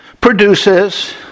produces